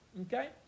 Okay